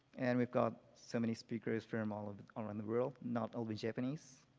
and we've got so many speakers from all around the world. not only japanese.